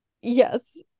Yes